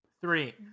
Three